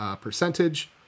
percentage